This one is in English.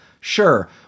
Sure